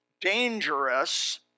dangerous